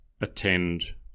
attend